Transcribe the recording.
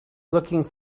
looking